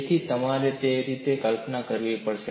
તેથી તમારે તેને તે રીતે કલ્પના કરવી પડશે